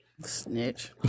Snitch